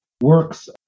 Works